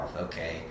okay